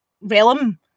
realm